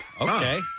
Okay